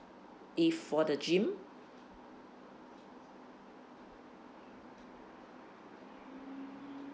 if for the gym